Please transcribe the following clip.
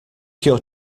your